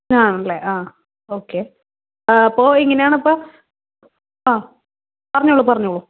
ആ അല്ലെ അ ഒക്കെ അപ്പോൾ എങ്ങനെയാണ് അപ്പോൾ ആ പറഞ്ഞോളൂ പറഞ്ഞോളൂ